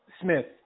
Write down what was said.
Smith